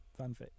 fanfic